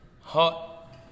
Hot